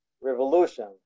revolution